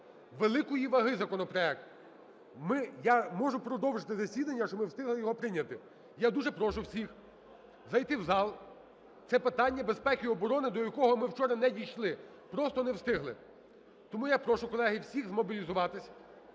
великої ваги законопроект. Ми… я можу продовжити засідання, щоб ми встигли його прийняти. Я дуже прошу всіх зайти в зал. Це питання безпеки і оборони, до якого ми вчора не дійшли, просто не встигли. Тому я прошу, колеги, всіх змобілізуватися,